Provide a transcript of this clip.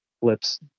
flips